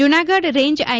Junagadh range I